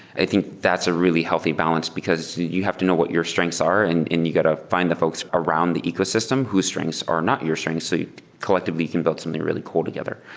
i think that's a really healthy balance because you have to know what your strengths are and and you got to find the folks around the ecosystem whose strengths are not your strengths so you collectively can build something really cool together.